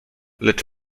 lecz